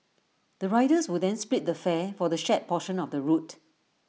the riders will then split the fare for the shared portion of the route